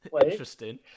Interesting